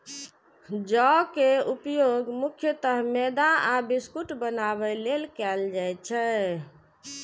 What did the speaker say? जौ के उपयोग मुख्यतः मैदा आ बिस्कुट बनाबै लेल कैल जाइ छै